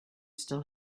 still